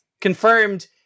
Confirmed